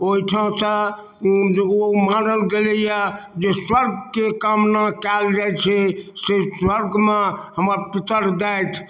ओहिठामसँ ओ मानल गेलैए जे स्वर्गके कामना कएल जाइ छै से स्वर्गमे हमर पितर जाथि